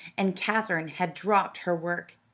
and katherine had dropped her work.